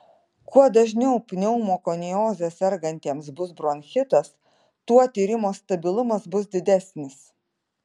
kuo dažniau pneumokonioze sergantiesiems bus bronchitas tuo tyrimo stabilumas bus didesnis